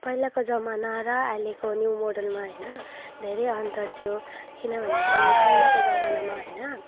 पहिलाको जमाना र अहिलेको न्यू मोडलमा होइन धेरै अन्तर थियो किनभने कि पहिलाको जमानामा होइन